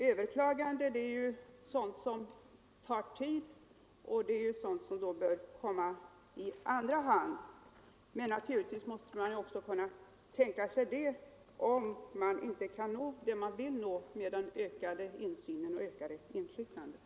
Överklagande tar tid och bör 111 därför komma i andra hand, men naturligtvis måste man också kunna tänka sig detta, om det inte går att nå det man vill nå med den ökade insynen och det ökade inflytandet.